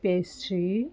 pastry